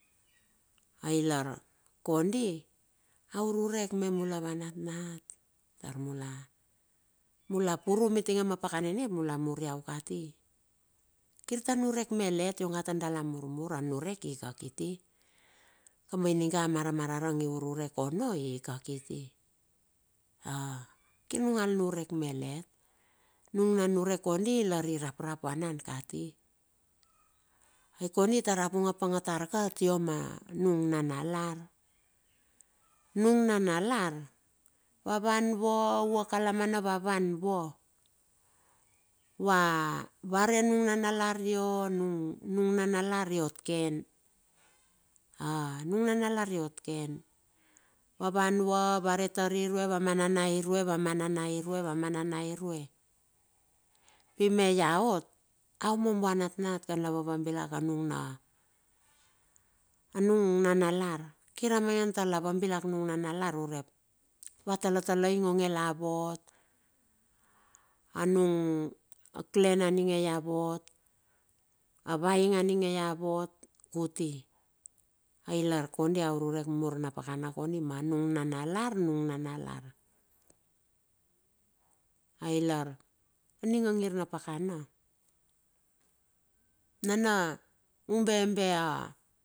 Ai lar kondi, a ururek me mula ava natnat tar mula, mula purum mitinge ma pakana ininge ap mula muriau kati. Kir ta niurek malet tar dala murmur, kaba ininga a maramarang i ururek ono ika kiti, kir nung al niurek malet. Nung na niurek kondi lar iraptap, vanan kati, ai kondi tar a vung apange tar ka atia ma, nung nanalar. Nung nanalar, va van vua, u a kalamana va van vua, va. va re anung nanalar iot ken, a anung nanalar iot ken, va van vua vare tar irue va mananei, irue va mananay, irue va mananai va mananai. Pe me ia ot, a umum a avat natnat kan la vavabilak anung na anung nanalar. Kira a maingan tar la vambilak nung nanalar urep, ua talatalaing onge la vot, anung clan aninge ia vot, avaing aninge ia vot kuti. Ailar kondi aururek mur na pakana kondi, lar ma nung nanalar, nung nanalar. Ailar aninga ngir na pakana, nana umbebe a.